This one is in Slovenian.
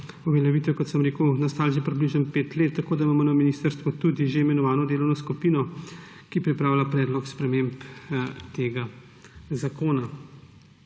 uveljavitve, kot sem rekel, preteklo že približno 5 let, tako da imamo na ministrstvu tudi že imenovano delovno skupino, ki pripravlja predlog sprememb tega zakona.